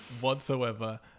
whatsoever